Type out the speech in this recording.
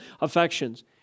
affections